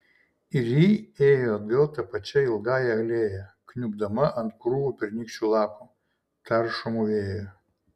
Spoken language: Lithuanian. ir ji ėjo atgal ta pačia ilgąja alėja kniubdama ant krūvų pernykščių lapų taršomų vėjo